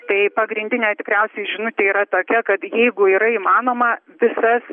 tai pagrindinė tikriausiai žinutė yra tokia kad jeigu yra įmanoma visas